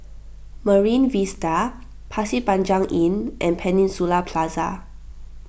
Marine Vista Pasir Panjang Inn and Peninsula Plaza